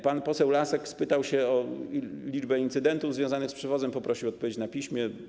Pan poseł Lasek spytał o liczbę incydentów związanych z przewozem i poprosił o odpowiedź na piśmie.